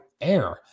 air